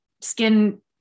skin